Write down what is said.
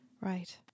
right